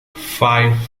five